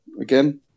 again